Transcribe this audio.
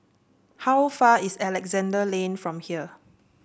how far is Alexandra Lane from here